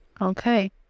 Okay